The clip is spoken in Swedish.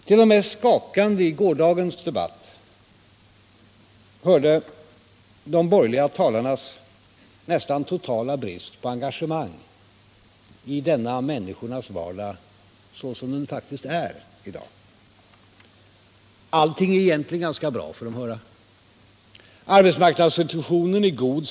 Till det mest skakande i gårdagens debatt hörde de borgerliga talarnas nästan totala brist på engagemang i dessa människors vardag såsom den faktiskt är i dag. Allting är egentligen ganska bra, får de höra. Arbelsmarknadssituationen är god.